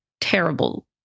terrible